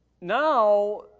Now